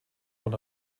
von